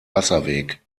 wasserweg